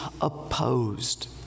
opposed